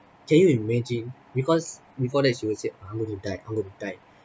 can you imagine because before that she will said I'm going to die I'm going to die